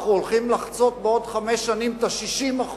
אנחנו הולכים לחצות בעוד חמש שנים את ה-60%,